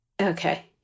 Okay